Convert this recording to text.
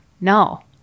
No